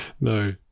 no